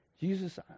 Jesus